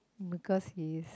because he is